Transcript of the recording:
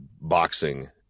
boxing